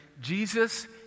Jesus